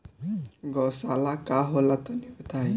गौवशाला का होला तनी बताई?